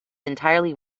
entirely